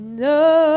No